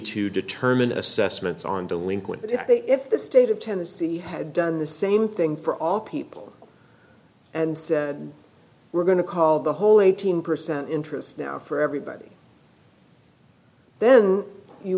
to determine assessments on delinquent if they if the state of tennessee had done the same thing for all people and said we're going to call the whole eighteen percent interest now for everybody then you